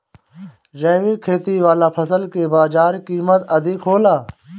जैविक खेती वाला फसल के बाजार कीमत अधिक होला